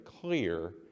clear